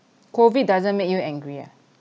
COVID doesn't make you angry ah